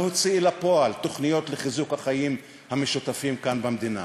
לא הוציא אל הפועל תוכניות לחיזוק החיים המשותפים כאן במדינה.